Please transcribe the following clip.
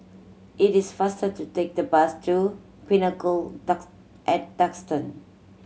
it is faster to take the bus to Pinnacle at Duxton